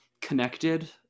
connected